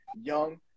young